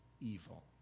evil